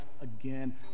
again